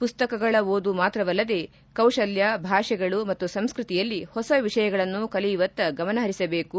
ಪುಸ್ತಕಗಳ ಓದು ಮಾತ್ರವಲ್ಲದೇ ಕೌಶಲ್ಯ ಭಾಷೆಗಳು ಮತ್ತು ಸಂಸ್ಕತಿಯಲ್ಲಿ ಹೊಸ ವಿಷಯಗಳನ್ನು ಕಲಿಯುವತ್ತ ಗಮನ ಹರಿಸಬೇಕು